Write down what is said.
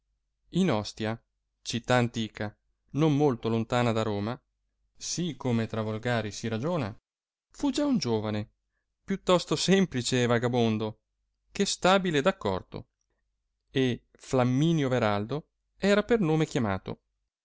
in ostia città antica non molto lontana da roma sì come tra volgari si ragiona fu già un giovane più tosto semplice e vagabondo che stabile ed accorto e fiamminio veraldo era per nome chiamato